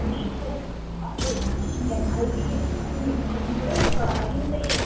NEET coach இப்போ IAS coaching எல்லாம் IAS coaching junior coaching கூட இப்போ இந்த